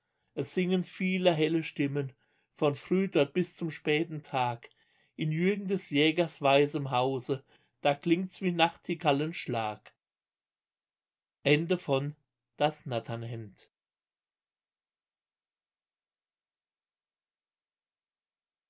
es singen viele helle stimmen von früh dort bis zum späten tag in jürgen des jägers weißem hause da klingt's wie nachtigallenschlag